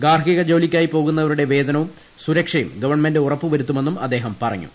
ഗാർഹിക ജോലിക്കായി പോകുന്നവരുടെ വേതനവും സുരക്ഷയും ഗവൺമെന്റ് ഉറപ്പുവരുത്തുമെന്നും അദ്ദേഹം പറഞ്ഞു